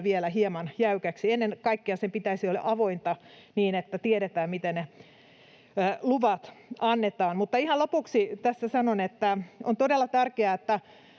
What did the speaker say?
vielä hieman jäykäksi. Ennen kaikkea sen pitäisi olla avointa niin, että tiedetään, miten ne luvat annetaan. Mutta ihan lopuksi tässä sanon, että on todella tärkeää,